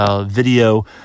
video